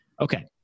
Okay